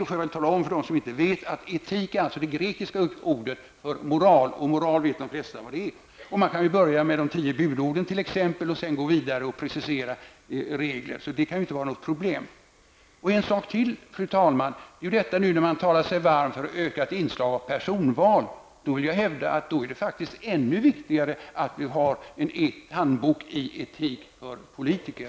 Då får jag väl tala om för dem som inte vet att etik är det grekiska ordet för moral, och moral vet de flesta vad det är. Man kan t.ex. börja med de tio budorden och sedan gå vidare och precisera andra regler. Det kan inte vara något problem. Fru talman! När man nu talar sig varm för ökat inslag av personval, vill jag hävda att det faktiskt är ännu viktigare att ha en handbok i etik för politiker.